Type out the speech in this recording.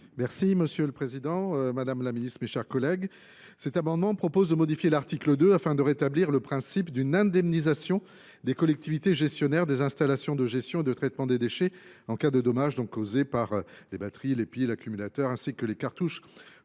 est ainsi libellé : La parole est à M. Hervé Gillé. Cet amendement tend à modifier l’article 2 afin de rétablir le principe d’une indemnisation des collectivités gestionnaires des installations de gestion et de traitement des déchets en cas de dommage causé par les batteries, les piles, les accumulateurs, ainsi que les cartouches